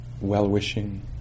well-wishing